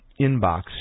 inbox